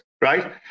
right